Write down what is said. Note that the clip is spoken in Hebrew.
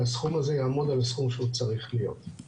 והסכום הזה יעמוד על הסכום שהוא צריך להיות.